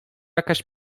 jakaś